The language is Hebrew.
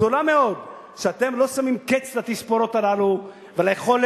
גדולה מאוד שאתם לא שמים קץ לתספורות הללו וליכולת